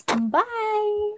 Bye